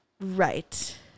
Right